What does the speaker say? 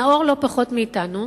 נאור לא פחות מאתנו,